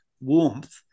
warmth